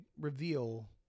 reveal